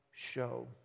show